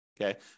okay